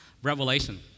Revelation